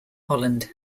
holland